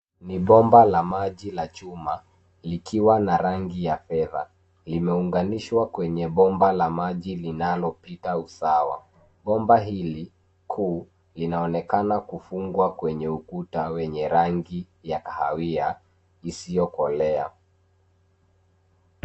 Ni bomba la maji la chuma likiwa la rangi ya fedha limeunganishwa kwenye bomba la maji linalo pita usawa. Bomba hili kuu linaonekana kufungwa kwenye ukuta wenye rangi ya kahawia isiyo kolea.